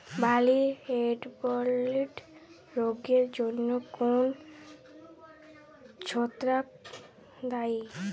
বার্লির হেডব্লাইট রোগের জন্য কোন ছত্রাক দায়ী?